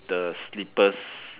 the slippers